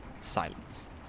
silence